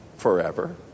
forever